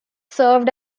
served